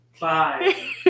Bye